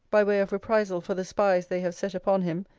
by way of reprisal for the spies they have set upon him,